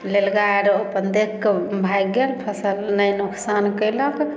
लिलगाय आर अपन देखि कऽ भागि गेल फसल नहि नुकसान केलक